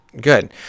Good